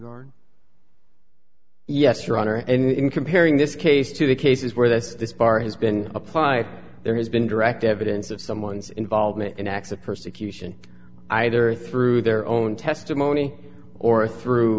guard yes your honor in comparing this case to the cases where the bar has been applied there has been direct evidence of someone's involvement in acts of persecution either through their own testimony or through